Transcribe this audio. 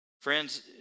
Friends